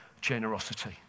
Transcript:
generosity